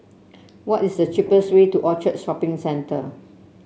what is the cheapest way to Orchard Shopping Centre